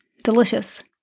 delicious